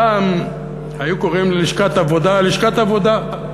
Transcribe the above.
פעם היו קוראים ללשכת העבודה "לשכת עבודה".